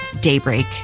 daybreak